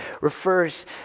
refers